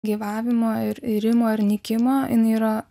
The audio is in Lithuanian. gyvavimo ir irimo ir nykimo jin yra